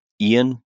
Ian